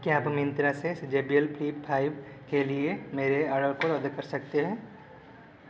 क्या आप मिन्त्रा से J B L flip five के लिए मेरे ऑर्डर को रद्द कर सकते हैं